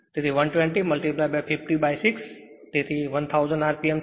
તેથી 120 506 તેથી 1000 rpm છે